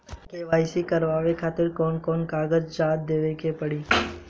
KYC करवावे खातिर कौन कौन कागजात देवे के पड़ी?